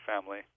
family